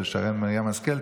של שרן מרים השכל.